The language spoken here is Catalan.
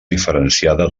diferenciada